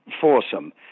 foursome